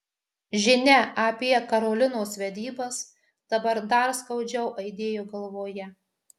žinia apie karolinos vedybas dabar dar skaudžiau aidėjo galvoje